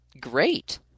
great